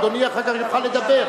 אדוני אחר כך יוכל לדבר.